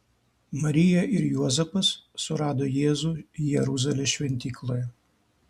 marija ir juozapas surado jėzų jeruzalės šventykloje